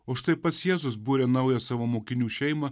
o štai pats jėzus buria naują savo mokinių šeimą